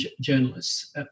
journalists